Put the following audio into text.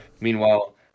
Meanwhile